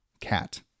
Cat